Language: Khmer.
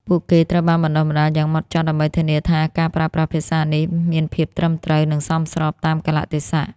ពួកគេត្រូវបានបណ្តុះបណ្តាលយ៉ាងហ្មត់ចត់ ដើម្បីធានាថាការប្រើប្រាស់ភាសានេះមានភាពត្រឹមត្រូវ និងសមស្របតាមកាលៈទេសៈ។